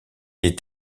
est